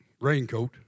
raincoat